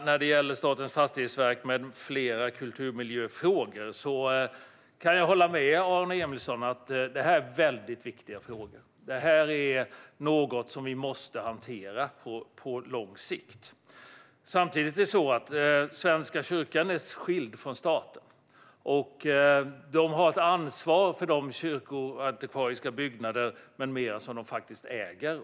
När det gäller Statens fastighetsverk med flera kulturmiljöfrågor kan jag hålla med Aron Emilsson om att det är väldigt viktiga frågor. Det är något vi måste hantera på lång sikt. Samtidigt är det så att Svenska kyrkan är skild från staten, och Svenska kyrkan har ett ansvar för de kyrkoantikvariska byggnader med mera som man faktiskt äger.